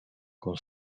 con